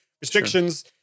Restrictions